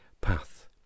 path